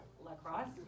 lacrosse